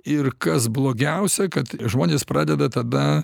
ir kas blogiausia kad žmonės pradeda tada